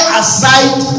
aside